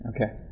Okay